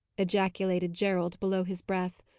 ejaculated gerald, below his breath.